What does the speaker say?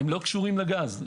הם לא קשורים לגז.